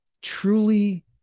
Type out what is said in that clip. truly